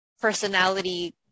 personality